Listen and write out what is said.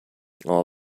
all